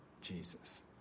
Jesus